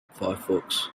firefox